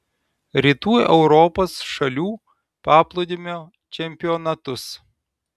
rytų europos šalių paplūdimio čempionatus